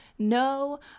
No